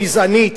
גזענית,